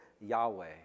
Yahweh